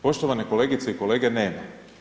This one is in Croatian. Poštovane kolegice i kolege nema.